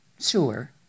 sure